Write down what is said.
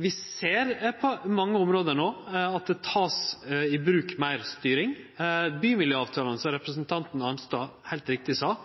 vi ser på mange område at det vert teke i bruk meir styring. Bymiljøavtalane, som representanten Arnstad heilt riktig sa,